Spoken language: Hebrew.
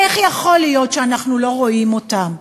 איך יכול להיות שאנחנו לא רואים אותם?